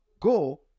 go